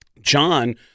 john